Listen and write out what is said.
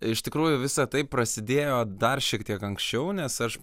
iš tikrųjų visa tai prasidėjo dar šiek tiek anksčiau nes aš